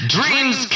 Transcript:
Dreams